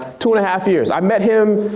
two and a half years. i met him,